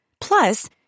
Plus